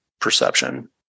perception